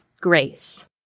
grace